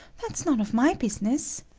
that's none of my business.